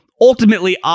Ultimately